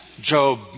Job